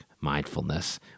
mindfulness